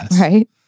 Right